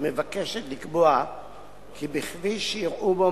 מבקשת לקבוע כי בכביש שאירעו בו,